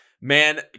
man